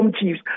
chiefs